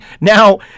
Now